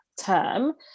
term